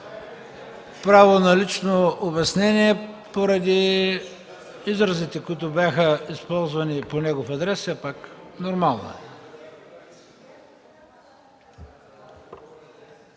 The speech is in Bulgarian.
право на лично обяснение поради изразите, които бяха използвани по негов адрес – нормално